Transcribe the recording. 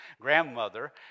grandmother